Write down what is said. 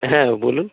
হ্যাঁ বলুন